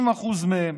60% מהם